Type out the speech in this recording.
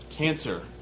cancer